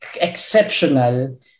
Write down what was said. exceptional